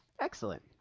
Excellent